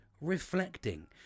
reflecting